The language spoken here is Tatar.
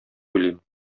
уйлыйм